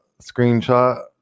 screenshot